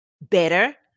better